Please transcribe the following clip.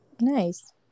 Nice